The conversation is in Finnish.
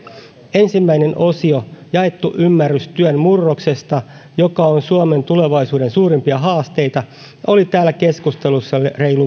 ensimmäinen osio jaettu ymmärrys työn murroksesta joka on suomen tulevaisuuden suurimpia haasteita oli täällä keskustelussa